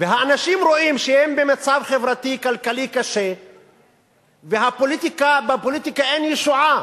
כשאת דיברת, חבר הכנסת זחאלקה לא הפריע לך.